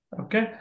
Okay